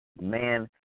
man